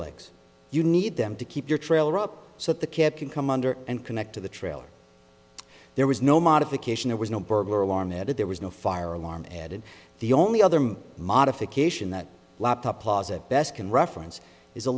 legs you need them to keep your trailer up so that the cat can come under and connect to the trailer there was no modification there was no burglar alarm added there was no fire alarm added the only other mm modification that laptop closet best can reference is a